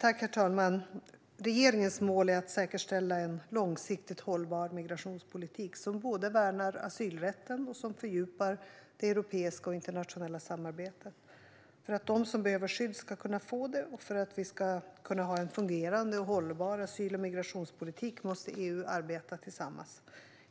Herr talman! Regeringens mål är att säkerställa en långsiktigt hållbar migrationspolitik som både värnar asylrätten och fördjupar det europeiska och internationella samarbetet. För att de som behöver skydd ska få det och för att vi ska ha en fungerande och hållbar asyl och migrationspolitik måste EU arbeta tillsammans.